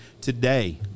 Today